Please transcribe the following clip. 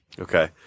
Okay